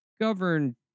govern